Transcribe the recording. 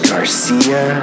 Garcia